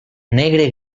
negre